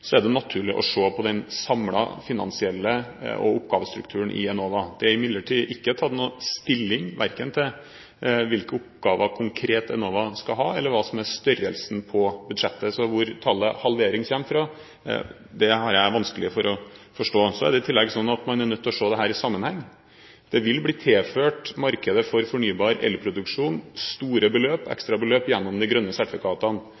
Så hvor dette med halvering av Enovas budsjett kommer fra, har jeg vanskelig for å forstå. Det er i tillegg slik at man er nødt til å se dette i en sammenheng. Det vil bli tilført markedet for fornybar elproduksjon store beløp – ekstrabeløp – gjennom de grønne sertifikatene.